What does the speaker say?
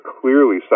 clearly